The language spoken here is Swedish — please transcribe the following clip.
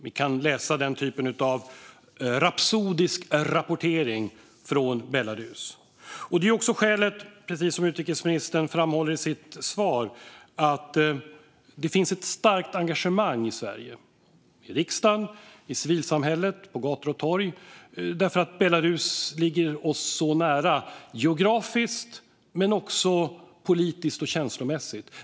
Vi kan läsa denna typ av rapsodisk rapportering från Belarus. Det är också skälet till att det, precis som utrikesministern framhåller i sitt svar, finns ett starkt engagemang i Sverige - i riksdagen, i civilsamhället och på gator och torg. Belarus ligger oss nära, geografiskt men också politiskt och känslomässigt.